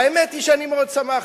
והאמת היא שאני מאוד שמחתי,